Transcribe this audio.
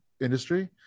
industry